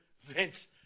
Vince